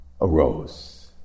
arose